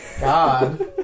God